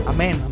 Amen